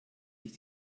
sich